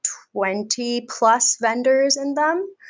twenty plus vendors in them.